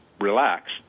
relax